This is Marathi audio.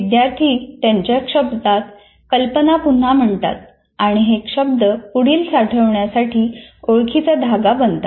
विद्यार्थी त्यांच्या शब्दात कल्पना पुन्हा म्हणतात आणि हे शब्द पुढील साठवण्यासाठी ओळखीचा धागा बनतात